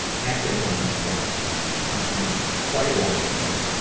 have been run before are from quite a while ago.